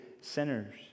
sinners